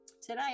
Today